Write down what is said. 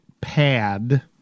pad